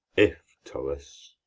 if, tullus,